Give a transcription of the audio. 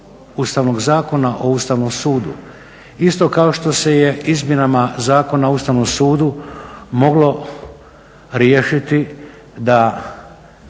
Ustavnog zakona o Ustavnom sudu. Isto kao što se izmjenama Zakona o Ustavnom sudu moglo riješiti da